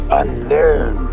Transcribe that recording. unlearn